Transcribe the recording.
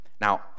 Now